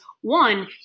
one